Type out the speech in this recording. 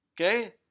okay